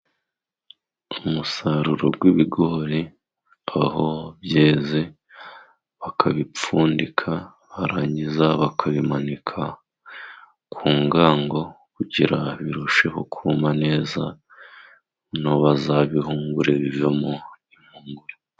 Umusaruro w'ibigori aho byeze bakabipfundika, barangiza bakabimanika ku ngango, kugira ngo birusheho kuma neza noneho bazabihungure bivemo impungure.